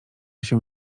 się